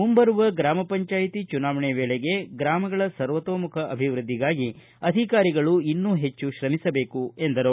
ಮುಂಬರುವ ಗ್ರಾಮಪಂಚಾಯಿತಿ ಚುನಾವಣೆ ವೇಳೆಗೆ ಗ್ರಾಮಗಳ ಸರ್ವತೋಮುಖ ಅಭಿವೃದ್ಧಿಗಾಗಿ ಅಧಿಕಾರಿಗಳು ಇನ್ನು ಹೆಚ್ಚು ಶ್ರಮಿಸಬೇಕು ಎಂದರು